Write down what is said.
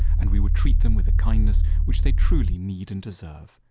and we would treat them with the kindness which they truly need and deserve.